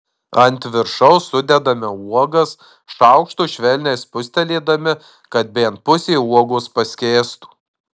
ant viršaus sudedame uogas šaukštu švelniai spustelėdami kad bent pusė uogos paskęstų